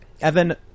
Evan